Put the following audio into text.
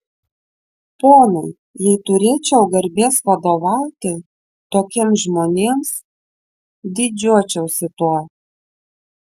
ponai jei turėčiau garbės vadovauti tokiems žmonėms didžiuočiausi tuo